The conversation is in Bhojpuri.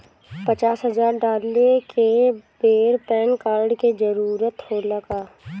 पचास हजार डाले के बेर पैन कार्ड के जरूरत होला का?